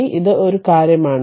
അതിനാൽ ഇത് ഒരു കാര്യമാണ്